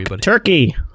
turkey